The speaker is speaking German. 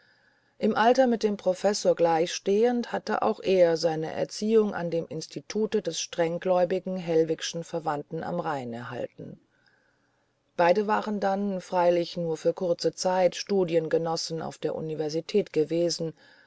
im alter mit dem professor gleichstehend hatte auch er seine erziehung in dem institute des strenggläubigen hellwigschen verwandten am rhein erhalten beide waren dann freilich nur für kurze zeit studiengenossen auf der universität gewesen